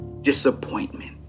disappointment